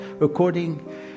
according